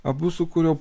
abu sukūriau